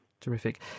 Terrific